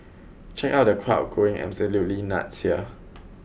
check out the crowd going absolutely nuts here